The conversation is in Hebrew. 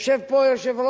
יושב פה יושב-ראש